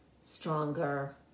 stronger